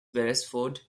beresford